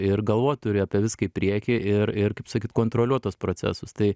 ir galvot turi apie viską į priekį ir ir kaip sakyt kontroliuot tuos procesus tai